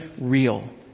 real